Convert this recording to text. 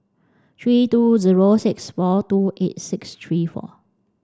three two zero six four two eight six three four